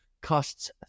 costs